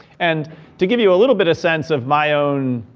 and to give you a little bit of sense of my own,